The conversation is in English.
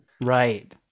right